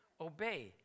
obey